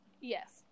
yes